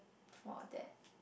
for that